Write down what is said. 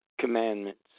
commandments